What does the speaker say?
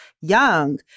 young